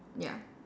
ya